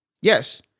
Yes